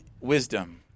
wisdom